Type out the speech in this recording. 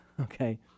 okay